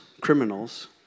criminals